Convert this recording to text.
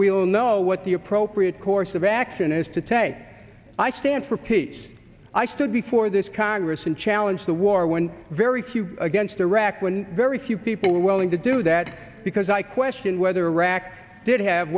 we'll know what the appropriate course of action is to take i stand for peace i stood before this congress and challenged the war when very few against iraq when very few people were willing to do that because i question whether rac did have